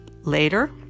later